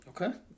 Okay